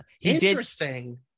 Interesting